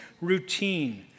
routine